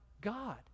God